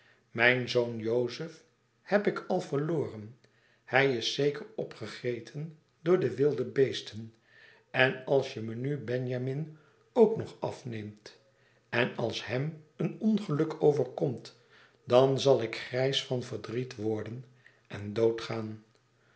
mijn zoon jozef heb ik al verloren hij is zeker opgegeten door de wilde beesten en als je me nu benjamin ook nog afneemt en als hém een ongeluk overkomt dan zal ik grijs van verdriet worden en